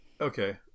okay